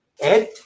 Ed